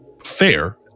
fair